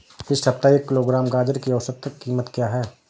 इस सप्ताह एक किलोग्राम गाजर की औसत कीमत क्या है?